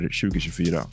2024